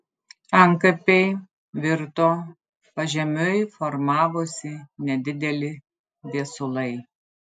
antkapiai virto pažemiui formavosi nedideli viesulai